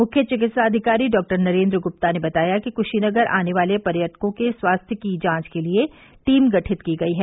मुख्य चिकित्साधिकारी डॉक्टर नरेंद्र गुप्ता ने बताया कि कुशीनगर आने वाले पर्यटकों के स्वास्थ्य की जांच के लिए टीम गठित की गयी है